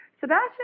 Sebastian